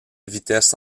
vitesse